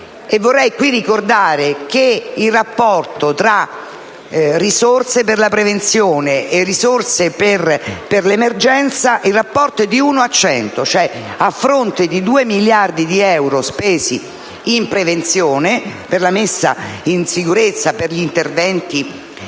Vorrei qui ricordare che il rapporto tra risorse per la prevenzione e risorse per l'emergenza è di 1 a 100: a fronte di 2 miliardi di euro spesi in prevenzione, per la messa in sicurezza e per gli interventi